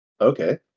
Okay